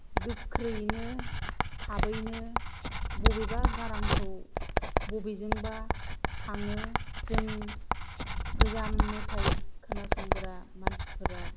गोख्रैयैनो थाबैनो बबेबा गारांखौ बबेजोंबा थाङो जों गोजाम मेथाय खोनासंग्रा मानसिफोरा